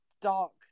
dark